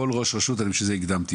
כל ראש רשות, ובשביל זה הקדמתי.